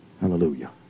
Hallelujah